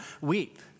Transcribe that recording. weep